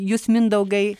jūs mindaugai